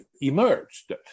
emerged